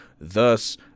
Thus